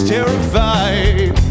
Terrified